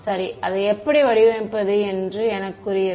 சரி அதை எப்படி வடிவமைப்பது என்பது எனக்குரியது